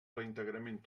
reintegrament